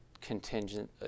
contingent